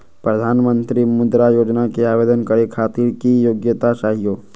प्रधानमंत्री मुद्रा योजना के आवेदन करै खातिर की योग्यता चाहियो?